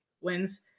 wins